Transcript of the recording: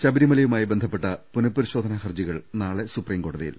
ശബരിമലയുമായി ബന്ധപ്പെട്ട പുനപരിശോധനാ ഹർജികൾ നാളെ സുപ്രീം കോടതിയിൽ